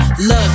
look